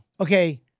okay